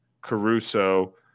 Caruso